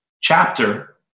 chapter